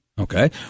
Okay